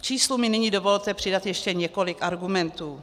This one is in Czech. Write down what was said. K číslu mi nyní dovolte přidat ještě několik argumentů.